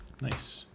Nice